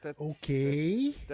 Okay